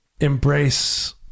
embrace